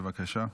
בבקשה.